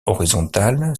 horizontale